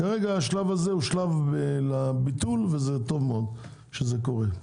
כרגע השלב הזה הוא שלב הביטול וזה טוב מאוד שזה קורה.